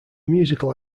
musical